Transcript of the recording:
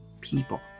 people